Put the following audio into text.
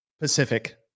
Pacific